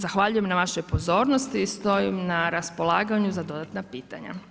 Zahvaljujem na vašoj pozornosti, stojim na raspolaganju za dodatna pitanja.